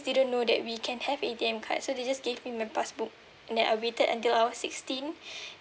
they don't know that we can have A_T_M card so they just gave me my the passbook and then I waited until I was sixteen